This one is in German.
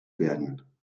werden